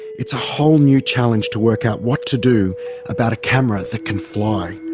it's a whole new challenge to work out what to do about a camera that can fly.